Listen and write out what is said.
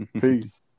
Peace